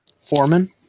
Foreman